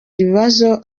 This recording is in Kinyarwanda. ibibazo